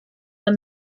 lend